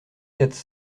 quatre